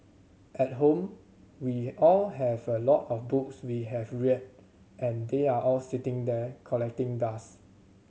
at home we all have a lot of books we have read and they are all sitting there collecting dust